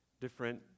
different